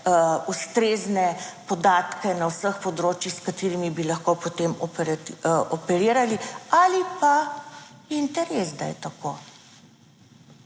ustrezne podatke, na vseh področjih, s katerimi bi lahko potem operirali ali pa je **30.